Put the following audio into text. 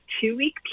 two-week